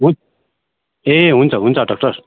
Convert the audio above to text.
हु ए हुन्छ हुन्छ डाक्टर